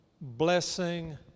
Blessing